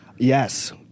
Yes